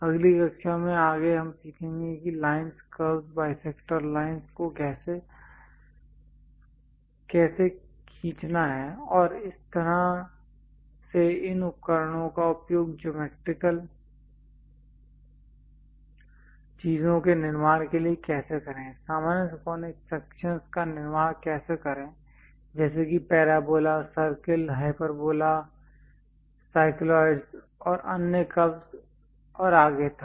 अगली कक्षा में आगे हम सीखेंगे कि लाइनस् कर्वस् बाईसेक्टर लाइनस् को कैसे खींचना है और इस तरह से इन उपकरणों का उपयोग ज्योमैट्रिकल चीजों के निर्माण के लिए कैसे करें सामान्य कॉनिक सेक्शंस का निर्माण कैसे करें जैसे कि पैराबोला सर्कल हाइपरबोला और साइक्लोइड्स जैसे अन्य कर्वस् और आगे तक